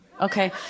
Okay